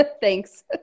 Thanks